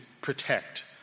protect